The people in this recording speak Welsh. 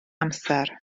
amser